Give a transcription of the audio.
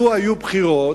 לו היו בחירות,